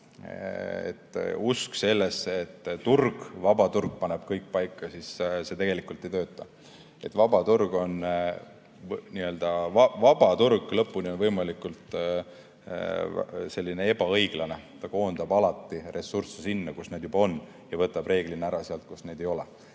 Usk sellesse, et vaba turg paneb kõik paika, see tegelikult ei tööta. Vaba turg lõpuni on võimalikult ebaõiglane, ta koondab alati ressursse sinna, kus need juba on, ja võtab reeglina ära sealt, kus neid ei ole.